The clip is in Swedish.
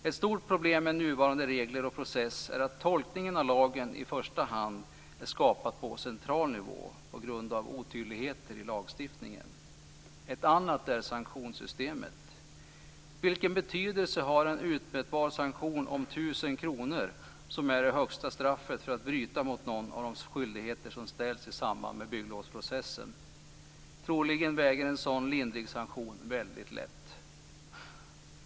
Ett stort problem med nuvarande regler och process är att tolkningen av lagen i första hand är skapad på central nivå, på grund av otydligheter i lagstiftningen. Ett annat problem är sanktionssystemet. Vilken betydelse har en utmätbar sanktion om 1 000 kr, som är det högsta straffet för att bryta mot någon av de skyldigheter som gäller i samband med bygglovsprocessen? Troligen väger en sådan lindrig sanktion väldigt lätt.